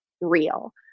real